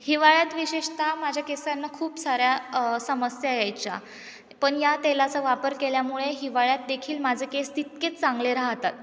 हिवाळ्यात विशेषतः माझ्या केसांना खूप साऱ्या समस्या यायच्या पण या तेलाचा वापर केल्यामुळे हिवाळ्यात देखील माझं केस तितकेच चांगले राहतात